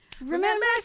Remember